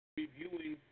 reviewing